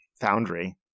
Foundry